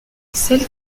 celles